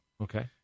Okay